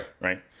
Right